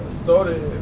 story